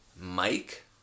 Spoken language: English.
Mike